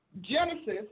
Genesis